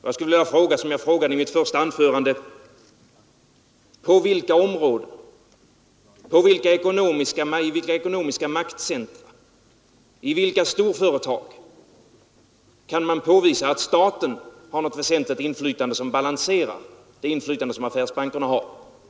Jag skulle vilja fråga på samma sätt som jag frågade i mitt första anförande: På vilka områden, i vilka ekonomiska maktcentra, i vilka storföretag kan man påvisa att staten har något väsentligt inflytande som balanserar det inflytande som affärsbankerna har?